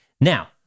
Now